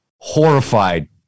horrified